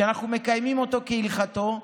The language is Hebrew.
שאנחנו מקיימים אותו כהלכתו,